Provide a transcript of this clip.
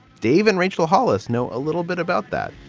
dave and rachel hollis know a little bit about that,